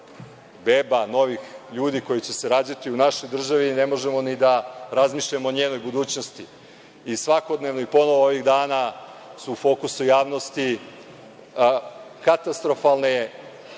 beba, novih ljudi koji će se rađati u našoj državi ne možemo ni da razmišljamo o njenoj budućnosti. Svakodnevno i ponovo ovih dana su u fokusu javnosti katastrofalni